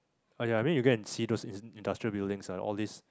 !aiya! I mean you go and see those ind~ industrial buildings ah all these